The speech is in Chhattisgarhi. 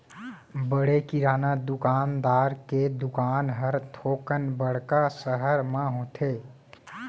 बड़े किराना दुकानदार के दुकान हर थोकन बड़का सहर म होथे